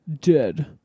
Dead